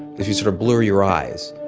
if you sort of blur your eyes,